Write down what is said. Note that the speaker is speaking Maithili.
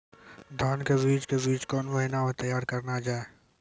धान के बीज के बीच कौन महीना मैं तैयार करना जाए?